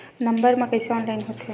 Number मा कइसे online होथे?